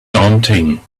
daunting